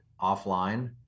offline